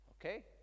Okay